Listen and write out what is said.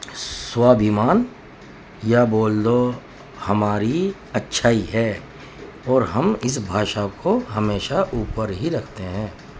سوابھیمان یا بول دو ہماری اچھائی ہے اور ہم اس بھاشا کو ہمیشہ اوپر ہی رکھتے ہیں